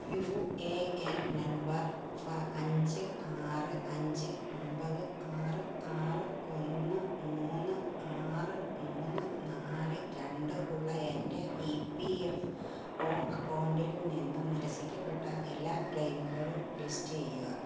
U A N number അഞ്ച് ആറ് അഞ്ച് ഒൻപത് ആറ് ആറ് ഒന്ന് മൂന്ന് ആറ് മൂന്ന് നാല് രണ്ട് ഉള്ള എൻ്റെ ഇ പി എഫ് ഒ അക്കൗണ്ടിൽ നിന്നു നിരസിക്കപ്പെട്ട എല്ലാ ക്ലെയിമുകളും ലിസ്റ്റ് ചെയ്യുക